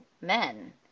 men